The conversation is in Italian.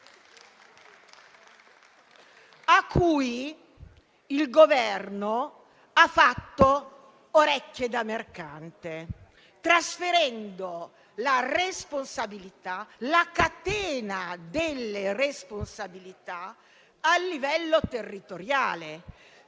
a cui il Governo ha fatto orecchie da mercante, trasferendo la catena delle responsabilità a livello territoriale,